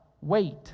Wait